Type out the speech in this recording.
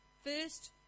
First